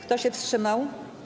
Kto się wstrzymał?